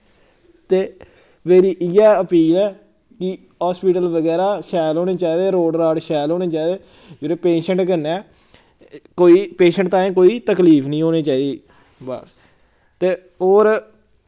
ते मेरी इ'यै अपील ऐ कि हास्पिटल बगैरा शैल होने चाहिदे रोड़ राड़ शैल होने चाहिदे पेशैंट कन्नै कोई पेशैंट ताहीं कोई तकलीफ निं होनी चाहिदी बस ते होर